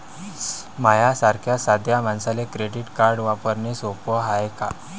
माह्या सारख्या साध्या मानसाले क्रेडिट कार्ड वापरने सोपं हाय का?